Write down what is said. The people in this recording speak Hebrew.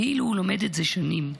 כאילו הוא לומד את זה שנים,